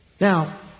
Now